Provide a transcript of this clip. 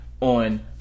On